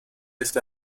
este